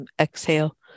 Exhale